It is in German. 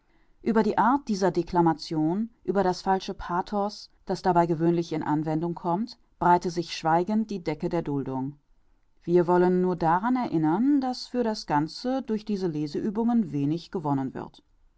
ueber die art dieser declamation über das falsche pathos das dabei gewöhnlich in anwendung kommt breite sich schweigend die decke der duldung wir wollen nur daran erinnern daß für das ganze durch diese leseübungen wenig gewonnen wird